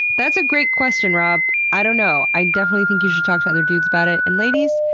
that's a great question, rob! i don't know. i definitely think you should talk to other dudes about it. and ladies,